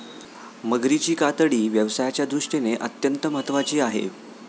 मगरीची कातडी व्यवसायाच्या दृष्टीने अत्यंत महत्त्वाची आहे